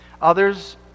Others